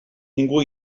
ningú